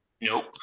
Nope